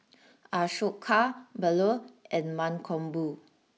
Ashoka Bellur and Mankombu